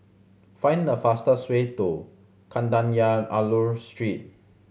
find the fastest way to Kadayanallur Street